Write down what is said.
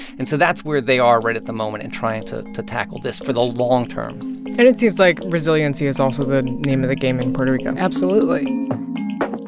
and so that's where they are right at the moment in trying to to tackle this for the long term and it seems like resiliency is also the name of the game in puerto rico absolutely